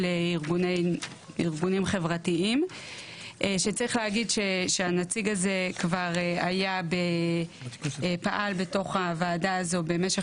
ארגונים חברתיים שצריך להגיד שהנציג הזה כבר פעל בתוך הוועדה הזו במשך